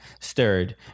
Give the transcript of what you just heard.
stirred